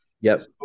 yes